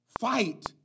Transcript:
fight